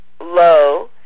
low